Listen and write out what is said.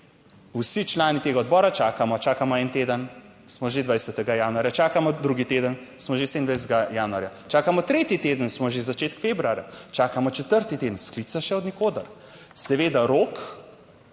vsi člani tega odbora čakamo, čakamo en teden, smo že 20. januarja, čakamo drugi teden, smo že 27. januarja, čakamo tretji teden, smo že v začetku februarja, čakamo četrti teden, sklica še od nikoder. Seveda rok,